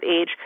age